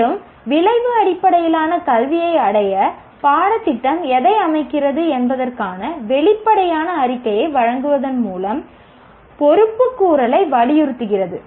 மேலும் விளைவு அடிப்படையிலான கல்வியை அடைய பாடத்திட்டம் எதை அமைக்கிறது என்பதற்கான வெளிப்படையான அறிக்கையை வழங்குவதன் மூலம் பொறுப்புக்கூறலை வலியுறுத்துகிறது